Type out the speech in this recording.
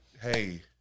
hey